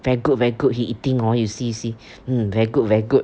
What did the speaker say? very good very good he eating hor you see you see hmm very good very good